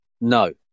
No